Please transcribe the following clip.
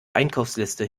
einkaufsliste